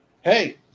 hey